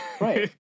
right